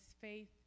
faith